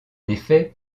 effet